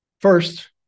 First